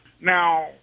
Now